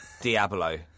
Diablo